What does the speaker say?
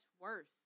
worse